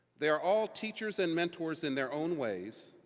they're all teachers and mentors in their own ways,